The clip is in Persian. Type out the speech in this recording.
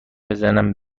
بزنم